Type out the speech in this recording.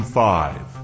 five